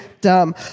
dumb